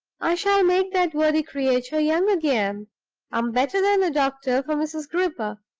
i shall make that worthy creature young again i'm better than a doctor for mrs. gripper.